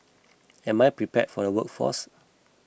am I prepare for the workforce